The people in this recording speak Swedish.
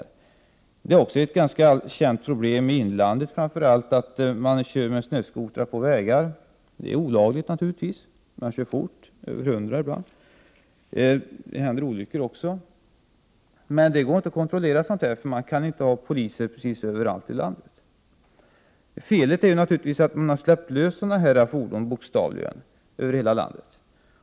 I inlandet är det ett känt problem att man kör med snöskotrar på vägar. Det är olagligt naturligtvis. Ibland kör man fort, över 100. Det händer även olyckor. Men det går inte att kontrollera sådant, eftersom det inte går att ha poliser överallt. Felet är naturligtvis att man bokstavligen har släppt lös sådana här fordon över hela landet.